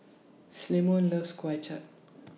Clemon loves Kuay Chap